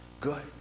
good